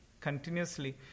continuously